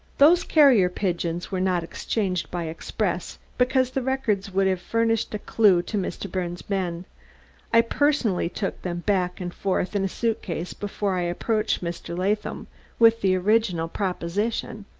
those carrier-pigeons were not exchanged by express, because the records would have furnished a clew to mr. birnes' men i personally took them back and forth in a suitcase before i approached mr. latham with the original proposition.